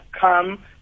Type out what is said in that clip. come